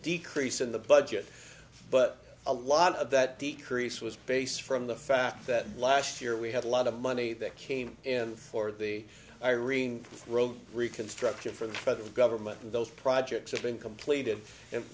decrease in the budget but a lot of that decrease was based from the fact that last year we had a lot of money that came in for the irene road reconstruction for the present government those projects have been completed and